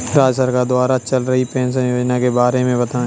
राज्य सरकार द्वारा चल रही पेंशन योजना के बारे में बताएँ?